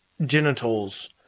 genitals